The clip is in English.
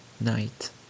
night